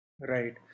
Right